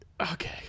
Okay